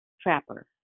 trapper